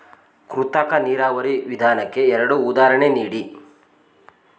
ಕೃತಕ ನೀರಾವರಿ ವಿಧಾನಕ್ಕೆ ಎರಡು ಉದಾಹರಣೆ ನೀಡಿ?